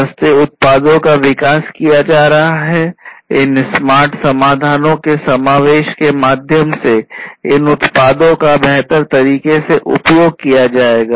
सस्ते उत्पादों को विकसित किया जा रहा है इन स्मार्ट समाधानों के समावेश के माध्यम से इन उत्पादों का बेहतर तरीके से उपयोग किया जाएगा